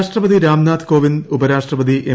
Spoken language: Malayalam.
രാഷ്ട്രപതി രാംനാഥ് കോവിന്ദ് ഉപരാഷ്ട്രപതി എം